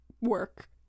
work